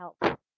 help